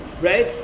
right